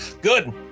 good